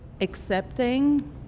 accepting